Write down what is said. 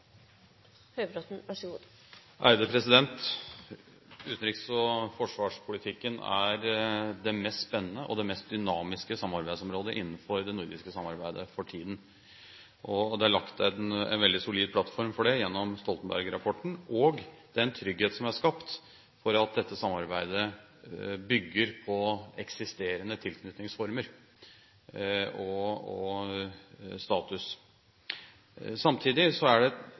mest spennende og det mest dynamiske samarbeidsområdet innenfor det nordiske samarbeidet for tiden. Det er lagt en veldig solid plattform for det gjennom Stoltenberg-rapporten og den trygghet som er skapt for at dette samarbeidet bygger på eksisterende tilknytningsformer og status. Samtidig er det